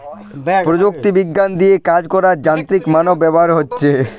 প্রযুক্তি বিজ্ঞান দিয়ে কাজ করার যান্ত্রিক মানব ব্যবহার হচ্ছে